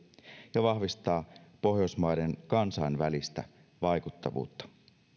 ja vahvistaa pohjoismaiden kansainvälistä vaikuttavuutta